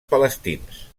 palestins